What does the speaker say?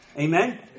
Amen